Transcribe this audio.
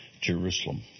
Jerusalem